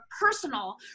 personal